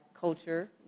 culture